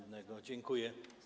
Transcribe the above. Dziękuję.